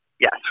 Yes